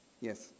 Yes